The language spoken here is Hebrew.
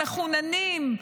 מחוננים,